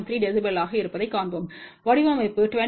3 dB ஆக இருப்பதைக் காண்போம்வடிவமைப்பு 24